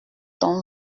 ton